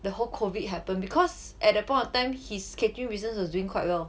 the whole COVID happened because at that point of time his catering business is doing quite well